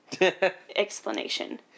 explanation